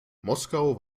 moskau